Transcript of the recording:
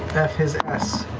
f his s.